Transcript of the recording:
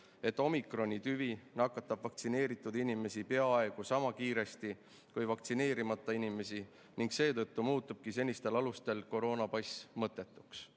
et omikrontüvi nakatab vaktsineeritud inimesi peaaegu sama kiiresti kui vaktsineerimata inimesi ning seetõttu muutubki senistel alustel koroonapass mõttetuks.